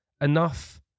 enough